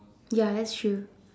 ya that's true